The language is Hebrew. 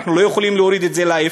אנחנו לא יכולים להוריד את זה לאפס.